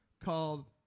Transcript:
called